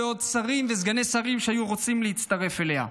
ועוד שרים וסגני שרים היו רוצים להצטרף אליה,